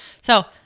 So-